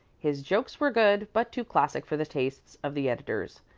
his jokes were good, but too classic for the tastes of the editors.